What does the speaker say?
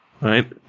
Right